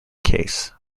case